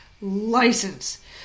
license